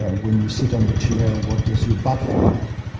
ah when you sit on the chair what does your butt feel like?